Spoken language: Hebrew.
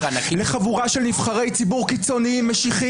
לחבורה של נבחרי ציבור קיצוניים,